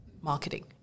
marketing